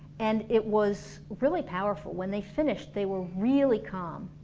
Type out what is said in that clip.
and it was really powerful, when they finished they were really calm